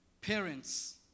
parents